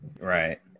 Right